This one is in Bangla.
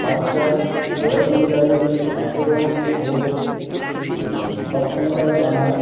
বাচ্চার বয়স অনুযায়ী আচরণ ও সক্ষমতা জানার